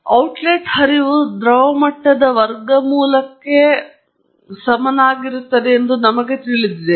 ಮತ್ತು ಔಟ್ಲೆಟ್ ಹರಿವು ದ್ರವ ಮಟ್ಟದ ವರ್ಗಮೂಲಕ್ಕೆ ಸಮನಾಗಿರುತ್ತದೆ ಎಂದು ನಮಗೆ ತಿಳಿದಿದೆ